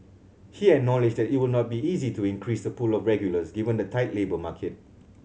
he acknowledged that it will not be easy to increase the pool of regulars given the tight labour market